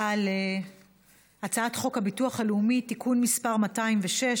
על הצעת חוק הביטוח הלאומי (תיקון מס' 206)